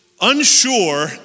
unsure